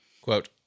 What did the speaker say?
quote